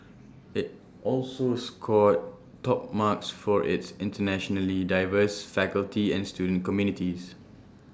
IT also scored top marks for its internationally diverse faculty and student communities